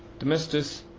the mistress,